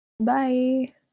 Bye